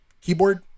keyboard